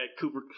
Cooper